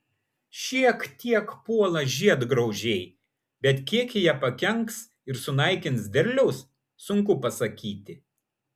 šiek tiek puola žiedgraužiai bet kiek jie pakenks ir sunaikins derliaus sunku pasakyti